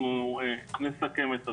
אנחנו נסכם את הדברים.